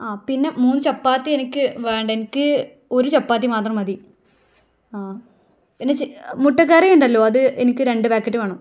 ആ പിന്നെ മൂന്ന് ചപ്പാത്തി എനിക്ക് വേണ്ട എനിക്ക് ഒരു ചപ്പാത്തി മാത്രം മതി പിന്നെ മുട്ടക്കറി ഉണ്ടല്ലോ അത് എനിക്ക് രണ്ട് പാക്കറ്റ് വേണം